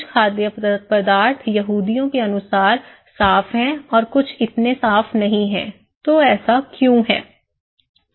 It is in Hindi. कुछ खाद्य पदार्थ यहूदियों के अनुसार साफ हैं और कुछ इतने साफ नहीं हैं तो ऐसा क्यों है